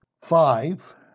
five